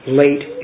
late